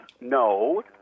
no